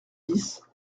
dix